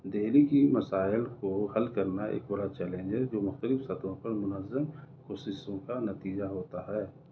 دہلی کی مسائل کو حل کرنا ایک بڑا چیلنج ہے جو مختلف سطحوں پر منظم کوششوں کا نتیجہ ہوتا ہے